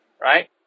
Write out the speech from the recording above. Right